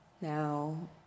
Now